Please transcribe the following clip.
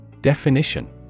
Definition